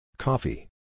Coffee